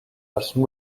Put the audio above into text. hudson